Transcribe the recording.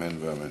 אמן ואמן.